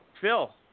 Phil